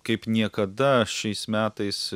kaip niekada šiais metais